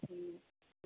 हूँ